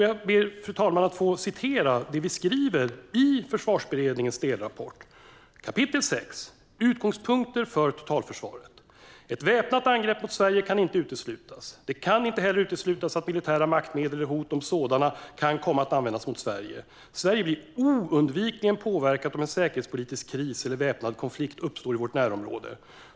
Jag ber, fru talman, att få citera det vi skriver i Försvarsberedningens delrapport i inledningen av kap. 6, Utgångspunkter för totalförsvaret: "Ett väpnat angrepp mot Sverige kan inte uteslutas. Det kan inte heller uteslutas att militära maktmedel eller hot om sådana kan komma att användas mot Sverige. Sverige blir oundvikligen påverkat om en säkerhetspolitisk kris eller väpnad konflikt uppstår i vårt närområde.